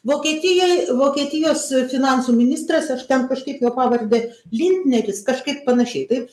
vokietijoj vokietijos finansų ministras aš ten kažkaip jo pavardę lintneris kažkaip panašiai taip